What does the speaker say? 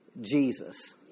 Jesus